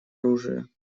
оружие